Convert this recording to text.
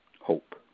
Hope